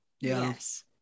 Yes